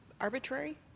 Arbitrary